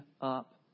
up